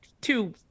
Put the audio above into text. two